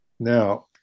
now